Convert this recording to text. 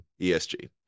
ESG